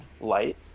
light